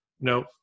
No